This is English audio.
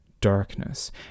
darkness